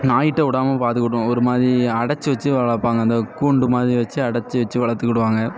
நாய்ட்ட விடாமல் பார்த்துக்கிடுவோம் ஒருமாதிரி அடைத்து வச்சு வளர்ப்பாங்க அந்த கூண்டுமாதிரி வச்சு அடைத்து வச்சு வளர்த்துக்குடுவாங்க